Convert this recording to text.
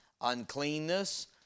uncleanness